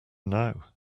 now